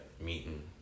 meeting